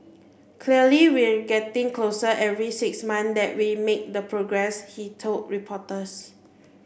clearly we're getting closer every six months that we make the progress he told reporters